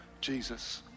Jesus